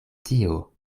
tio